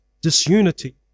disunity